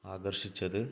ആകര്ഷിച്ചത്